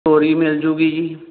ਤੋਰੀ ਮਿਲਜੂਗੀ ਜੀ